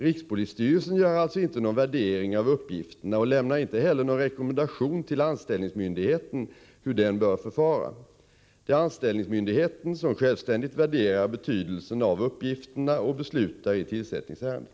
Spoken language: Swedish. tikspolisstyrelsen gör alltså inte någon värdering av uppgifterna och lämnar inte heller någon rekommendation till anställningsmyndigheten hur den bör förfara. Det är anställningsmyndigheten som självständigt värderar betydelsen av uppgifterna och beslutar i tillsättningsärendet.